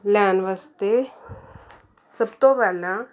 ਲੈਣ ਵਾਸਤੇ ਸਭ ਤੋਂ ਪਹਿਲਾਂ